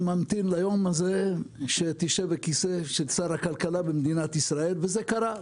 אני ממתין ליום הזה שתשב על הכיסא של שר הכלכלה במדינת ישראל" וזה קרה.